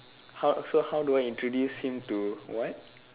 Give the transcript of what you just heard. how so how do I introduce him to what